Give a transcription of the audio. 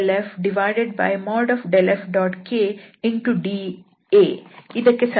ಮುಂದಿನದು ಈ ಅಂಶ d ಇದು ∇f∇f⋅kdA ಇದಕ್ಕೆ ಸಮನಾಗಿದೆ